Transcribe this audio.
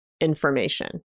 information